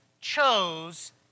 chose